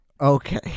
okay